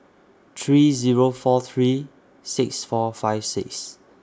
three Zero four three six four five six